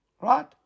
Right